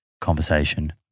conversation